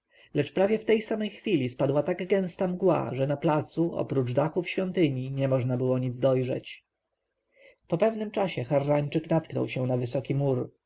lecz prawie w tej samej chwili spadła tak gęsta mgła że na placu oprócz dachów świątyni nie można było nic dojrzeć po pewnym czasie harrańczyk natknął się na wysoki mur